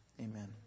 Amen